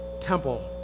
temple